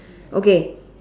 okay